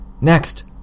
Next